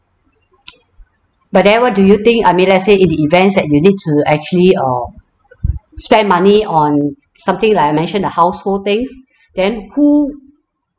but then what do you think I mean let's say in the events that you need to actually uh spend money on something like I mentioned the household things then who